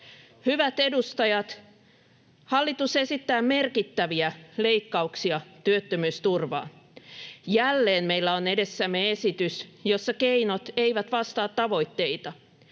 Hyvät edustajat, hallitus esittää merkittäviä leikkauksia työttömyysturvaan. Jälleen meillä on edessämme esitys, jossa keinot eivät vastaa tavoitteita.